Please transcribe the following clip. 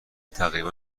تقریبا